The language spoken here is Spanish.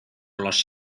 los